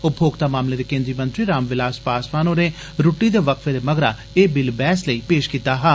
उपभोक्ता मामलें दे केन्द्रीय मंत्री राम विलास पासवान होरें रुट्टी दे वकफे दे मगरा ए बिल बैह्स लेई पेष कीता हा